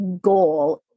goal